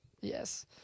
Yes